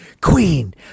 Queen